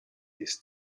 his